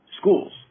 schools